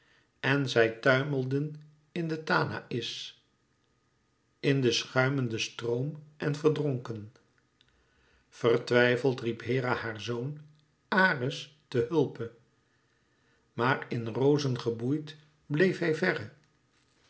en zij tuimelden in den tanaïs in den schuimenden stroom en verdronken vertwijfeld riep hera haar zoon ares te hulpe maar in rozen geboeid bleef hij verre